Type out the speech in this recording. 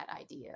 idea